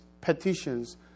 petitions